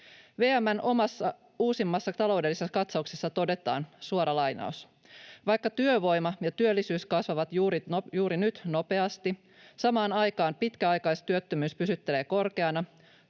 VM:n omassa uusimmassa taloudellisessa katsauksessa todetaan: ”Vaikka työvoima ja työllisyys kasvavat juuri nyt nopeasti, samaan aikaan pitkäaikaistyöttömyys pysyttelee korkeana,